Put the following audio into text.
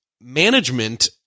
management